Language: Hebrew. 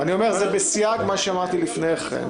אני אומר את זה בסייג מה שאמרתי לפני כן,